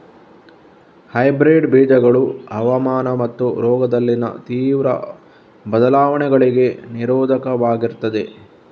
hybrid ಬೀಜಗಳು ಹವಾಮಾನ ಮತ್ತು ರೋಗದಲ್ಲಿನ ತೀವ್ರ ಬದಲಾವಣೆಗಳಿಗೆ ನಿರೋಧಕವಾಗಿರ್ತದೆ